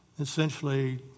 Essentially